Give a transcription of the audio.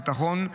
הביטחון,